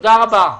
תודה רבה.